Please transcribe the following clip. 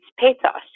pathos